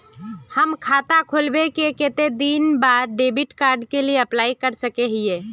हम खाता खोलबे के कते दिन बाद डेबिड कार्ड के लिए अप्लाई कर सके हिये?